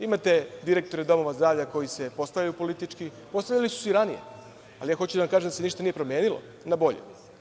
Imate direktore domova zdravlja koji se postavljaju politički, postavljali su se i ranije, ali ja hoću da kažem da se ništa nije promenilo na bolje.